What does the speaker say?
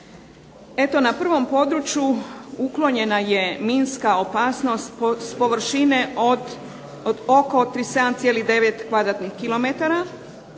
Eto na prvom području uklonjena je minska opasnost s površine od oko 37,9